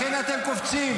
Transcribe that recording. לכן אתם קופצים.